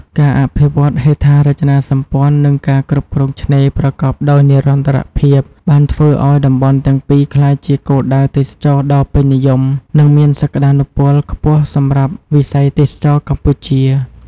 ការអភិវឌ្ឍន៍ហេដ្ឋារចនាសម្ព័ន្ធ និងការគ្រប់គ្រងឆ្នេរប្រកបដោយនិរន្តរភាព បានធ្វើឱ្យតំបន់ទាំងពីរក្លាយជាគោលដៅទេសចរណ៍ដ៏ពេញនិយម និងមានសក្តានុពល ខ្ពស់សម្រាប់វិស័យទេសចរណ៍កម្ពុជា។